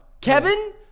Kevin